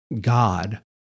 God